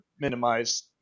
minimize